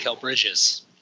Bridges